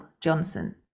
Johnson